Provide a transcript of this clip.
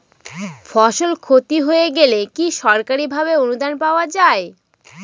ফসল ক্ষতি হয়ে গেলে কি সরকারি ভাবে অনুদান পাওয়া য়ায়?